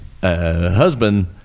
husband